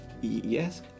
yes